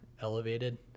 elevated